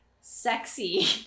sexy